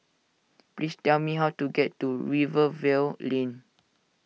please tell me how to get to Rivervale Lane